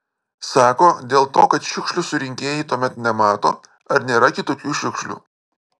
sako dėl to kad šiukšlių surinkėjai tuomet nemato ar nėra kitokių šiukšlių